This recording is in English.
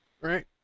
right